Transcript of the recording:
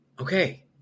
Okay